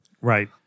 Right